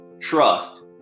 trust